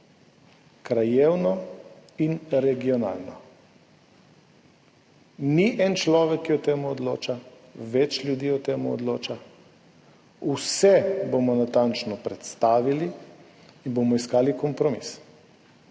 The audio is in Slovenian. krajevno in regionalno, ni en človek, ki o tem odloča, več ljudi o tem odloča, takrat bomo vse natančno predstavili in bomo iskali kompromis.